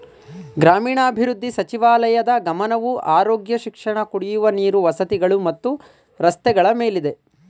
ಗ್ರಾಮೀಣಾಭಿವೃದ್ಧಿ ಸಚಿವಾಲಯದ್ ಗಮನವು ಆರೋಗ್ಯ ಶಿಕ್ಷಣ ಕುಡಿಯುವ ನೀರು ವಸತಿಗಳು ಮತ್ತು ರಸ್ತೆಗಳ ಮೇಲಿದೆ